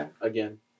again